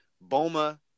Boma